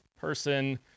person